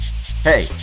Hey